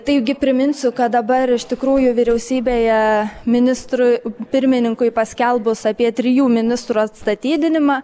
taigi priminsiu kad dabar iš tikrųjų vyriausybėje ministrui pirmininkui paskelbus apie trijų ministrų atstatydinimą